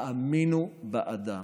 האמינו באדם.